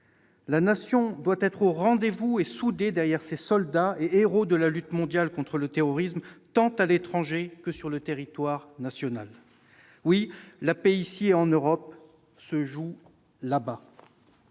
La Nation doit être au rendez-vous et soudée derrière ses soldats et héros de la lutte mondiale contre le terrorisme, tant à l'étranger que sur le territoire national. Oui, la paix, ici et en Europe, se joue là-bas.